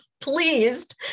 pleased